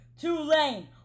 Tulane